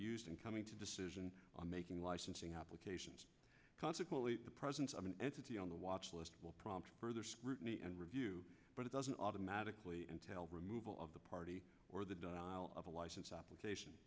using coming to decision making licensing applications consequently the presence of an entity on the watchlist will prompt further scrutiny and review but it doesn't automatically entail removal of the party or the dial of a license application